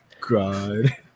God